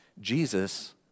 Jesus